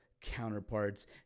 counterparts